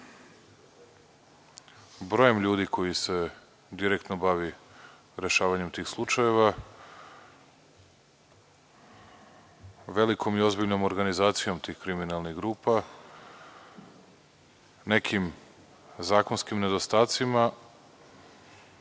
brojem ljudi koji se direktno bavi rešavanjem tih slučajeva, velikom i ozbiljnom organizacijom tih kriminalnih grupa, nekim zakonskim nedostacima,